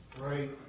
Right